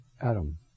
Adam